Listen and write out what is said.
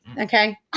okay